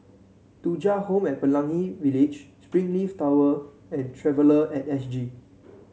Thuja Home at Pelangi Village Springleaf Tower and Traveller at S G